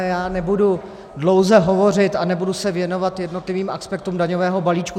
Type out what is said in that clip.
Já nebudu dlouze hovořit a nebudu se věnovat jednotlivým aspektům daňového balíčku.